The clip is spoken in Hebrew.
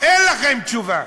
אין לכם תשובה.